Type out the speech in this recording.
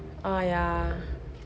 err ya